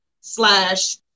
slash